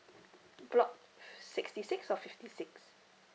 block sixty six or fifty six